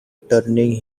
turning